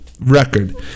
Record